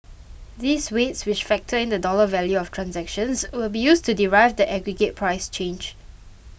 these weights which factor in the dollar value of transactions will be used to derive the aggregate price change